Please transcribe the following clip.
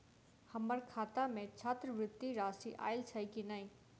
हम्मर खाता मे छात्रवृति राशि आइल छैय की नै?